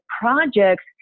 projects